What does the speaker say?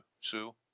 Sue